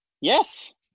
Yes